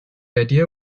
idea